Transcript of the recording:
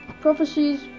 Prophecies